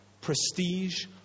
prestige